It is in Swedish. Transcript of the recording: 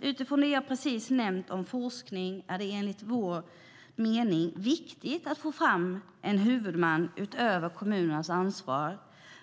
Utifrån det jag precis nämnt om forskning är det enligt vår mening viktigt att få fram en huvudman utöver kommunernas ansvar